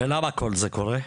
ולמה כל זה קורה?